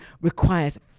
requires